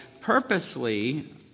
purposely